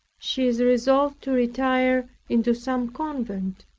she is resolved to retire into some convent,